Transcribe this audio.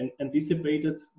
anticipated